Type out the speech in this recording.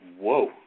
whoa